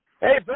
Hey